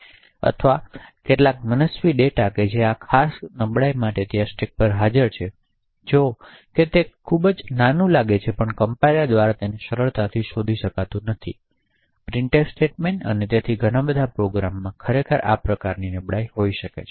અથવા કેટલાક મનસ્વી ડેટા જે આ ખાસ નબળાઈ માટે ત્યાં સ્ટેક પર હાજર છે જો કે તે ખૂબ જ તુચ્છ લાગે છે પણ કમ્પાઈલર્સ દ્વારા સરળતાથી શોધી શકાતું નથી પ્રિન્ટફ સ્ટેટમેન્ટ્સ અને તેથી ઘણા બધા પ્રોગ્રામમાં ખરેખર આ પ્રકારની નબળાઈ હોય શકે છે